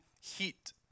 heat